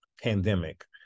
pandemic